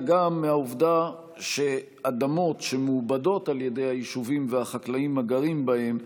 גם מהעובדה שאדמות שמעובדות על ידי היישובים והחקלאים הגרים בהם,